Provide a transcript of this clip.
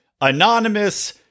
anonymous